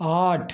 आठ